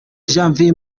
janvier